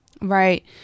Right